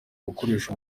gukoresha